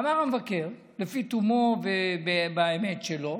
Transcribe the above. אמר המבקר, לפי תומו ובאמת שלו,